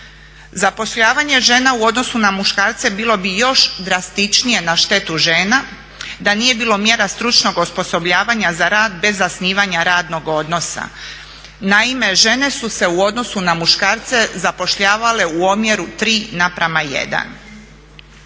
Zapošljavanje žena u odnosu na muškarce bilo bi još drastičnije na štetu žena da nije bilo mjera stručnog osposobljavanja za rad bez zasnivanja radnog odnosa. Naime, žene su se u odnosu na muškarce zapošljavale u omjeru 3:1.